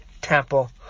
temple